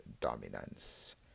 dominance